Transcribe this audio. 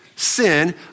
sin